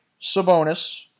Sabonis